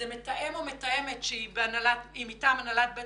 זה מתאם או מתאמת שהיא מטעם הנהלת בית